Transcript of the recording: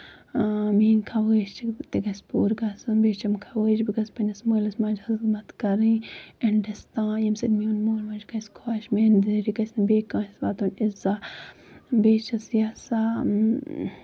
میٲنۍ خَوٲہِش چھِ تہِ گژھِ پوٗرٕ گژھُن بیٚیہِ چھَم خَوٲہِش بہٕ گژھٕ پَنٕنِس مٲلِس ماجہِ ہنٛز خدمت کَرٕنۍ ایٚنڈَس تٲنۍ ییٚمہِ سۭتۍ میوٚن مول موج گژھِ خۄش میانہِ ذٔریعہٕ گژھِ نہٕ بیٚیہِ کٲنسہِ واتُن اِزہ بیٚیہِ چھَس یَژھان اۭں